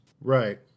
Right